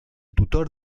tutor